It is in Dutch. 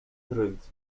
rund